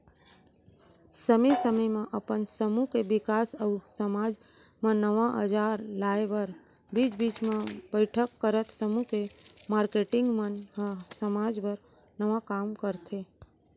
समे समे म अपन समूह के बिकास अउ समाज म नवा अंजार लाए बर बीच बीच म बइठक करत समूह के मारकेटिंग मन ह समाज बर नवा काम करथे